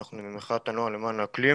אנחנו ממחאת הנוער למען האקלים.